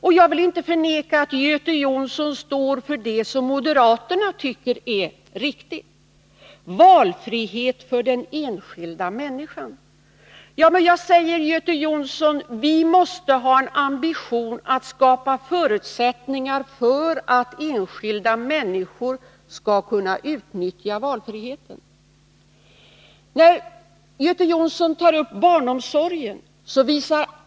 Och jag vill inte förvägra Göte Jonsson att stå för det som moderaterna tycker är riktigt. Valfrihet för den enskilda människan! Men jag säger, Göte Jonsson, att vi måste ha en ambition att skapa förutsättningar för att enskilda människor skall kunna utnyttja valfriheten. Göte Jonsson tar upp frågan om barnomsorgen.